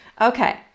Okay